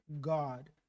God